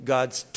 God's